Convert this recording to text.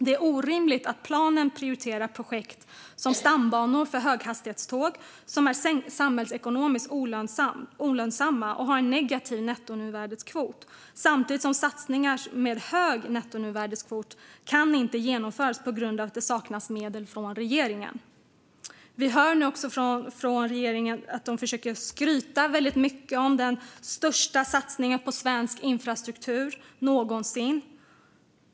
Det är orimligt att planen prioriterar projekt, exempelvis stambanor för höghastighetståg, som är samhällsekonomiskt olönsamma och har en negativ nettonuvärdeskvot, samtidigt som satsningar med hög nettonuvärdeskvot inte kan genomföras på grund av att det saknas medel från regeringen. Vi hör nu också att regeringen försöker skryta om den största satsningen på svensk infrastruktur någonsin.